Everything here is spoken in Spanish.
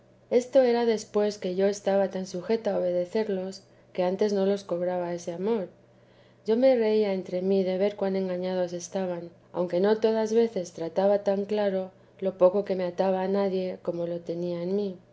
esto era después que yo estaba tan sujeta a obedecerlos que antes no les cobraba ese amor yo me reía entre mí de ver cuan engañados estaban aunque no todas veces trataba tan claro lo poco que me ataba a nadie como lo tenía en mí